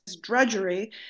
drudgery